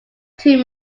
too